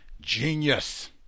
genius